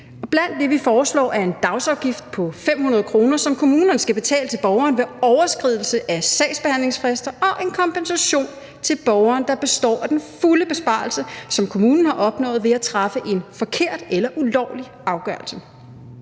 Blandt det, vi foreslår, er en dagsafgift på 500 kr., som kommunerne skal betale til borgeren ved overskridelse af sagsbehandlingsfrister, og en kompensation til borgeren, der består af den fulde besparelse, som kommunen har opnået ved at træffe en forkert eller ulovlig afgørelse.